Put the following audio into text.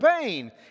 pain